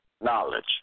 knowledge